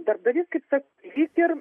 darbdavys kaip sakyt ir